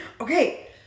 Okay